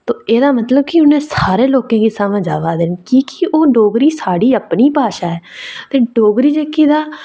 ते एह्दा मतलब कि उ'नें सारे लोकें गी समझ आवै दे न कि हून डोगरी साढ़ी अपनी भाशा ऐ ते डोगरी जेह्की तां